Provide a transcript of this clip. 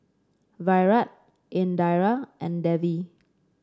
Virat Indira and Devi